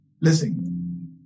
Listen